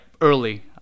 early